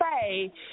say